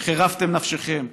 שחירפתם נפשכם,